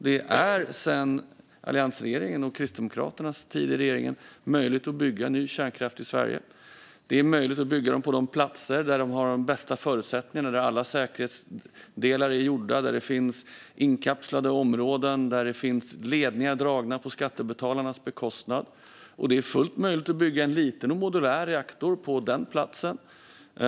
Det är sedan alliansregeringens och Kristdemokraternas tid i regeringen möjligt att bygga ny kärnkraft i Sverige på de platser som har de bästa förutsättningarna, där alla säkerhetsdelar är gjorda, där det finns inkapslade områden och där det finns ledningar dragna på skattebetalarnas bekostnad. Det är fullt möjligt att bygga en liten modulär reaktor på en sådan plats.